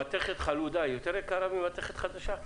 מתכת חלודה יותר יקרה ממתכת חדשה?